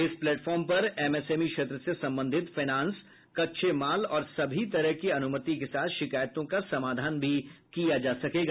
इस प्लेटफार्म पर एमएसएमई क्षेत्र से संबंधित फाइनेंस कच्चे माल और सभी तरह की अनुमति के साथ शिकायतों का समाधान भी किया जा सकेगा